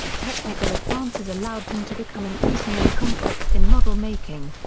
technical advances allowed him to become increasingly complex in model-making.